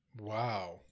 Wow